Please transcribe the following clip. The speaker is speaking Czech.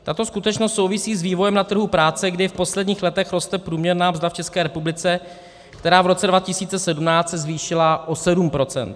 Tato skutečnost souvisí s vývojem na trhu práce, kdy v posledních letech roste průměrná mzda v České republice, která se v roce 2017 zvýšila o 7 procent.